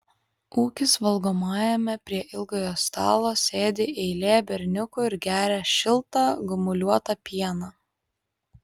ūkis valgomajame prie ilgojo stalo sėdi eilė berniukų ir geria šiltą gumuliuotą pieną